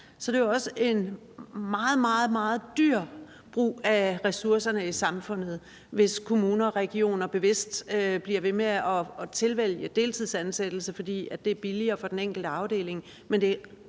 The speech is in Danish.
er det jo også en meget, meget dyr brug af ressourcerne i samfundet, altså hvis kommuner og regioner bevidst bliver ved med at tilvælge deltidsansættelse, fordi det er billigere for den enkelte afdeling,